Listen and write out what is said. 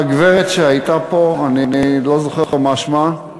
הגברת שהייתה פה, אני לא זוכר מה שמה,